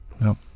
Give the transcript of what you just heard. No